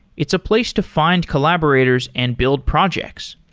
it's a place to find collaborators and build projects.